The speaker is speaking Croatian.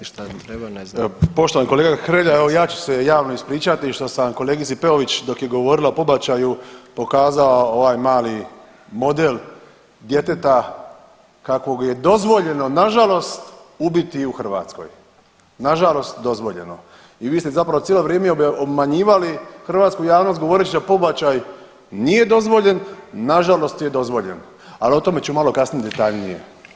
Poštovani kolega Hrelja, evo ja ću se javno ispričati što sam kolegici Peović dok je govorila o pobačaju pokazao ovaj mali model djeteta kakvog je dozvoljeno nažalost ubiti u Hrvatskoj, nažalost dozvoljeno i vi ste zapravo cijelo vrijeme obmanjivali hrvatsku javnost govoreći da pobačaj nije dozvoljen, nažalost je dozvoljen, ali o tome ću malo kasnije detaljnije.